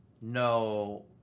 No